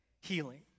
healing